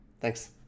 Thanks